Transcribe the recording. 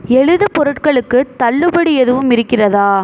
எழுதுப்பொருட்களுக்கு தள்ளுபடி எதுவும் இருக்கிறதா